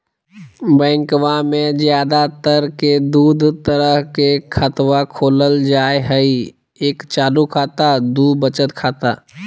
बैंकवा मे ज्यादा तर के दूध तरह के खातवा खोलल जाय हई एक चालू खाता दू वचत खाता